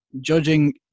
judging